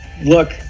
look